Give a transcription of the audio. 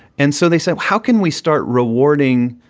and so they said, how can we start rewarding